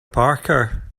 parker